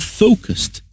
focused